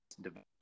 develop